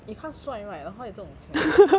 if 他帅 right 让后有这种钱 orh